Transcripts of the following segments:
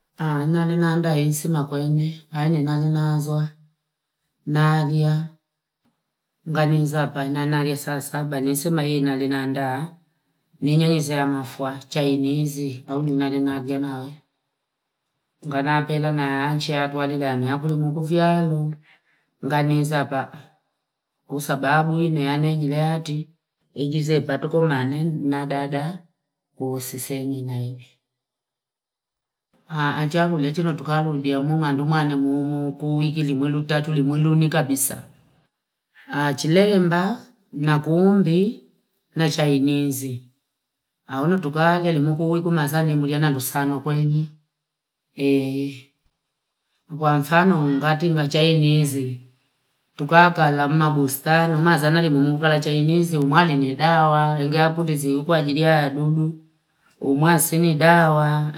Naaza naalia ngawiza panana le saa saba nasema yena ni naanda miyeze za maafua chai wizi au mwanalinakua, ngana pena naancha twajilani akundikufyale ngabiisa pa kwasababu iniani ati injizepa tuko nani na dadaa kuusiseminayo, aacha kunichilo tukakundia mung'anbua mwana muunu mkui kulimta tuli mwungi kabisa aachileyomba naakuumbi nachayao minzi aone tukale na mkoyi kumazali nuiya nalusano koima, kwam mfano ngati kwa chai miezi tukaakala muma mustalri mazana limamukala chai nizi mwali ni dawa ingakuizi kwa ajili adudu umwasi ni dawa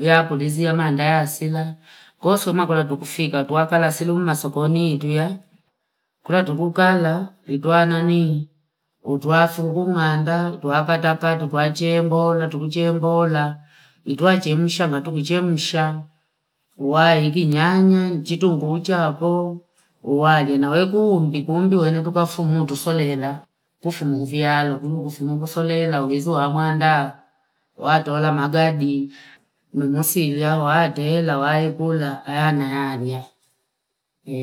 yapulizia mandaasila kosema kutufika tu twasala sili masokoni ikiyaa kwetu tukukala ikwaa nani utwafungu ng'anda twapata kazi twachembo tukuchwe mbola twachemsha matukuchemsha tuwaiki nyanya chitunguu chakoo uwali wawekwa uuh mbikumbi wenitukafumutu solenda kufu mifialo tukusolenda mwizi wa mwanda watola magadi nimisi waatela waipola ayana haja e